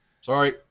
Sorry